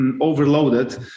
overloaded